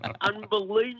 Unbelievable